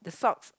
the socks